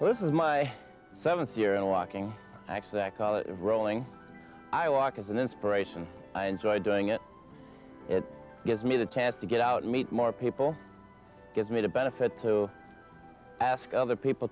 time this is my seventh year and walking acts that call it rolling i walk as an inspiration i enjoy doing it it gives me the chance to get out and meet more people gives me the benefit to ask other people